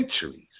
centuries